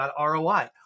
ROI